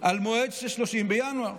על המועד של 30 בינואר.